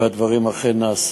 והדברים אכן נעשו.